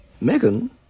Megan